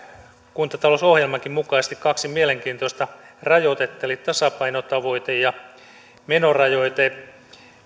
kuntatalousohjelmankin mukaisesti kaksi mielenkiintoista rajoitetta eli tasapainotavoite ja menorajoite